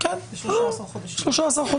זה 13 חודשים.